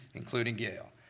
including yale.